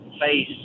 face